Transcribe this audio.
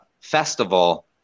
festival